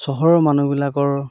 চহৰৰ মানুহবিলাকৰ